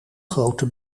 grote